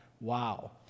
Wow